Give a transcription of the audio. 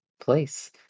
place